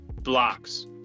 blocks